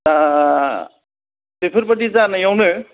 दा बेफोरबायदि जानायावनो